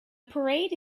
parade